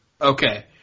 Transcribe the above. Okay